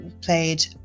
played